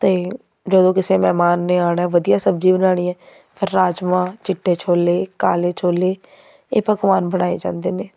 ਅਤੇ ਜਦੋਂ ਕਿਸੇ ਮਹਿਮਾਨ ਨੇ ਆਉਣਾ ਵਧੀਆ ਸਬਜ਼ੀ ਬਣਾਉਣੀ ਹੈ ਰਾਜਮਾਂਹ ਚਿੱਟੇ ਛੋਲੇ ਕਾਲੇ ਛੋਲੇ ਇਹ ਪਕਵਾਨ ਬਣਾਏ ਜਾਂਦੇ ਨੇ